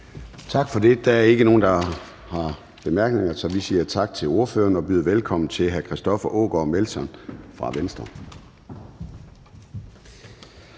Gade): Der er ikke nogen, der har ønsket korte bemærkninger. Så vi siger tak til ordføreren og byder velkommen til hr. Christoffer Aagaard Melson fra Venstre.